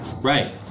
Right